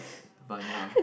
but yeah